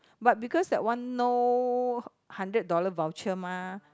but because that one no hundred dollar voucher mah